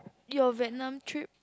your Vietnam trip